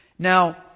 Now